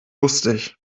lustig